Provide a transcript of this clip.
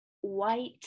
white